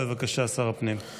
בבקשה, שר הפנים.